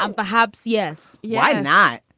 um perhaps? yes. why not?